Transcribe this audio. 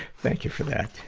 thank you for that.